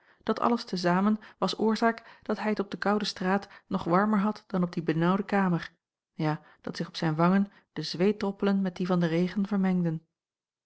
dat alles te zamen was oorzaak dat hij het op de koude straat nog jacob van ennep laasje evenster warmer had dan op die benaauwde kamer ja dat zich op zijn wangen de zweetdroppelen met die van den regen vermengden